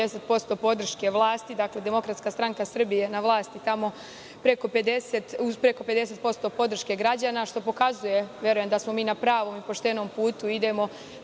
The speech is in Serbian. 50% podrške vlasti. Dakle, DSS je na vlasti tamo u preko 50% podrške građana, što pokazuje, verujem, da smo na pravom i poštenom putu i idemo